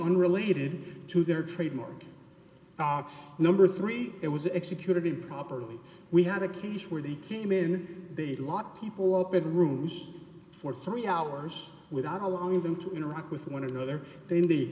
unrelated to their trademark number three it was executed improperly we had a case where they came in the lock people up in rooms for three hours without allowing them to interact with one another th